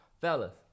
Fellas